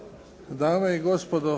dame i gospodo